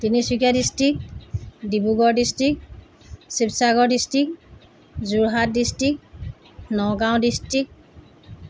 Tinsukia district Dibrugarh district Sivasagar district Jorhat district Nagaon district